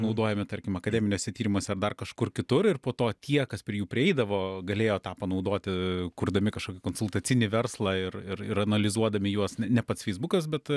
naudojami tarkim akademiniuose tyrimuose ar dar kažkur kitur ir po to tie kas prie jų prieidavo galėjo tą panaudoti kurdami kažkokį konsultacinį verslą ir ir analizuodami juos ne ne pats feisbukas bet